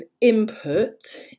input